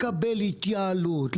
לקבל התייעלות,